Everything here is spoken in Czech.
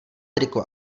triko